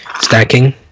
Stacking